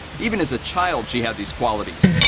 even as a child, she had these qualities.